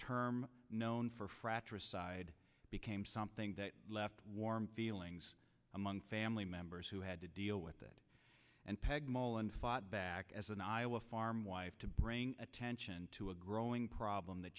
term known for fratricide became something that left warm feelings among family members who had to deal with it and peg mullen fought back as an iowa farm wife to bring attention to a growing problem th